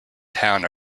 town